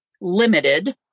limited